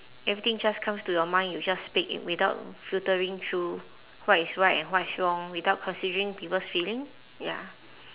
everything just comes to your mind you just speak it without filtering through what is right and what is wrong without considering people's feeling ya